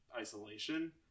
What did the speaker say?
Isolation